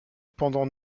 pendant